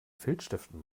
filzstiften